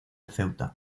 ceuta